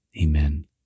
Amen